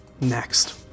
Next